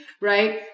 right